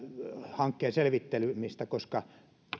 hankkeen selvittelemistä koska